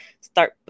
start